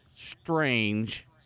strange